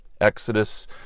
Exodus